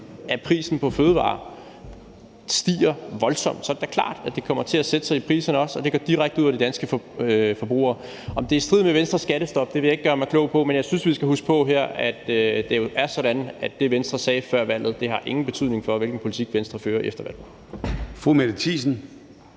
af prisen på fødevarer, stiger voldsomt. Så er det da klart, at det også kommer til at sætte sig i priserne, og det går direkte ud over de danske forbrugere. Om det er i strid med Venstres skattestop, vil jeg ikke gøre mig klog på, men jeg synes, vi skal huske på her, at det jo er sådan, at det, Venstre sagde før valget, ingen betydning har for, hvilken politik Venstre fører efter valget.